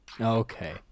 Okay